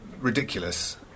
ridiculous